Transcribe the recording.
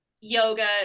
yoga